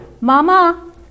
Mama